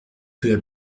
peu